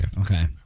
Okay